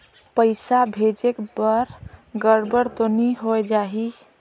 पइसा भेजेक हर गड़बड़ तो नि होए जाही?